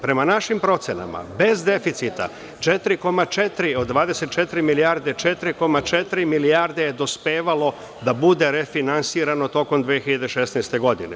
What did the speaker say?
Prema našim procenama, bez deficita 4,4 od 24 milijarde 4,4 milijarde je dospevalo da bude refinansirano tokom 2016. godine.